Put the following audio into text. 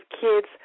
kids